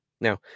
Now